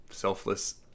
selfless